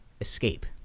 escape